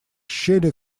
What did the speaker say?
щели